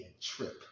trip